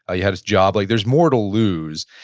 you had a job, like there's more to lose.